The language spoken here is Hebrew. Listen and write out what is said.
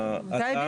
ההצעה,